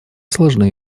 сложны